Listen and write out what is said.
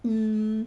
mm